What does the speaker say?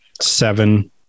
seven